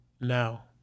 now